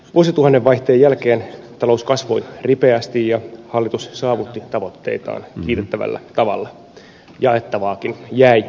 vuosituhannen vaihteen jälkeen talous kasvoi ripeästi ja hallitus saavutti tavoitteitaan kiitettävällä tavalla jaettavaakin jäi